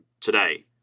today